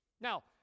Now